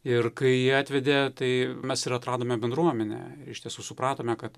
ir kai jie atvedė tai mes ir atradome bendruomenę iš tiesų supratome kad